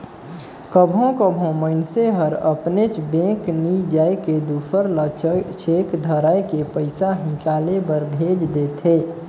कभों कभों मइनसे हर अपनेच बेंक नी जाए के दूसर ल चेक धराए के पइसा हिंकाले बर भेज देथे